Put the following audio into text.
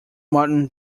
mountain